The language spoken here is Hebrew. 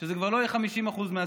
שזה כבר לא יהיה 50% מהסיעה,